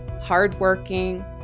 hardworking